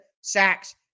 sacks